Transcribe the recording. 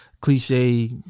cliche